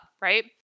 right